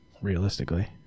realistically